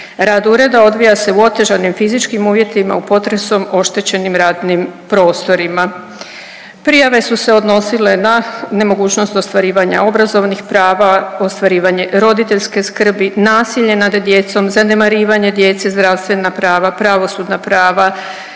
Rad Ureda odvija se u otežanim fizičkim uvjetima u potresom oštećenim radnim prostorima. Prijave su se odnosile na nemogućnost ostvarivanja obrazovnih prava, ostvarivanje roditeljske skrbi, nasilje nad djecom, zanemarivanje djece, zdravstvena prava, pravosudna prava